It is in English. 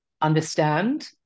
understand